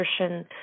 nutrition